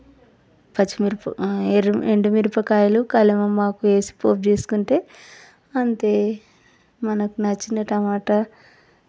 పచ్చి మిరప ఎరుపు ఎండు మిరపకాయలు కరివేపాకు వేసి పోపు చేసుకుంటే అంతే మనకి నచ్చిన టమాటా